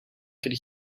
could